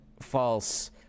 false